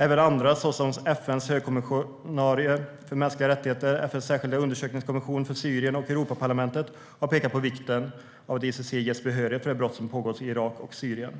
Även andra, som FN:s högkommissarie för mänskliga rättigheter, FN:s särskilda undersökningskommission för Syrien och Europaparlamentet, har pekat på vikten av att ICC ges behörighet för de brott som begåtts i Irak och Syrien.